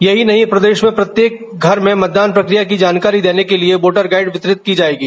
यही नहीं प्रदेश में प्रत्येक घर में मतदान प्रक्रिया की जानकारी के लिये वोटर गाईड वितरित की जायेगी